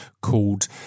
called